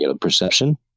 perception